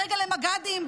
ברגע למג"דים?